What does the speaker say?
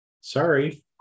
Sorry